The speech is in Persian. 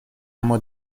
اما